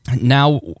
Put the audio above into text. now